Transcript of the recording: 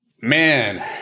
Man